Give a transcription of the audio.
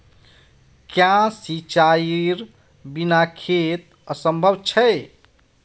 क्याँ सिंचाईर बिना खेत असंभव छै?